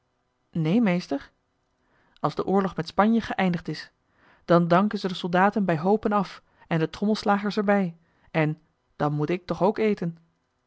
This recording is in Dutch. neen meester als de oorlog met spanje geëindigd is dan danken ze de soldaten bij hoopen af en de trommelslagers er bij en dan moet ik toch ook eten